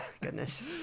goodness